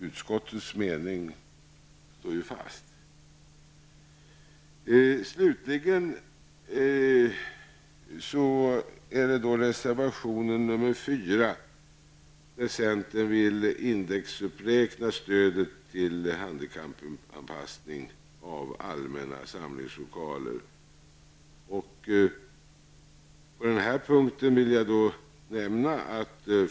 Utskottets mening står ju fast. indexuppräkna stödet till handikappanpassning av allmänna samlingslokaler.